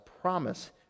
promise